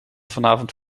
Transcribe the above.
vanavond